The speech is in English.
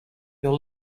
your